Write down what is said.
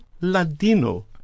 Ladino